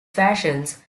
fashions